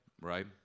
Right